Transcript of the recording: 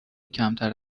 کمتر